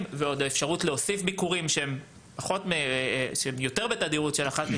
והאפשרות להוסיף ביקורים שהם מעבר לכך,